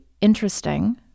interesting